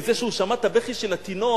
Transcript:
עם זה ששמע את הבכי של התינוק,